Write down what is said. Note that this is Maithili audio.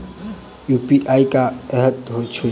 यु.पी.आई की हएत छई?